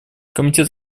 комитет